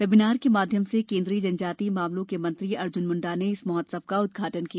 webinar के माध्यम से केन्द्रीय जनजातीय मामलों के मंत्री अर्जुन मुंडा ने इस महोत्सव का उद्घाटन किया